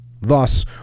Thus